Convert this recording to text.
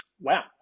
Wow